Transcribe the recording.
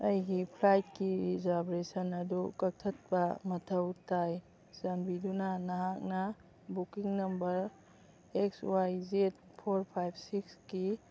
ꯑꯩꯒꯤ ꯐ꯭ꯂꯥꯏꯠꯀꯤ ꯔꯤꯖꯥꯔꯕꯦꯁꯟ ꯑꯗꯨ ꯀꯛꯊꯠꯄ ꯃꯊꯧ ꯇꯥꯏ ꯆꯥꯟꯕꯤꯗꯨꯅ ꯅꯍꯥꯛꯅ booking number X Y Z four five ꯁꯤꯛꯁꯀꯤ